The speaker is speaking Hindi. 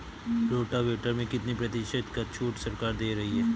रोटावेटर में कितनी प्रतिशत का छूट सरकार दे रही है?